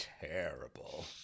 terrible